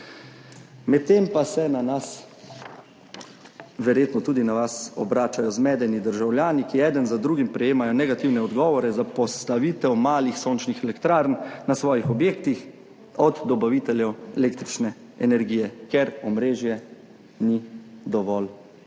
Medtem pa se na nas, verjetno tudi na vas, obračajo zmedeni državljani, ki eden za drugim prejemajo negativne odgovore za postavitev malih sončnih elektrarn na svojih objektih od dobaviteljev električne energije, ker omrežje ni dovolj